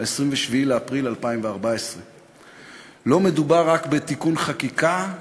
27 באפריל 2014. לא מדובר רק בתיקון חקיקה,